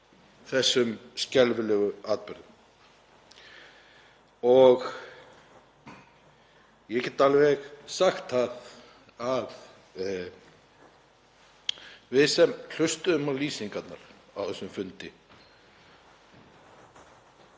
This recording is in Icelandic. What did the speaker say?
þessum skelfilegu atburðum. Ég get alveg sagt það að við sem hlustuðum á lýsingarnar á þessum fundi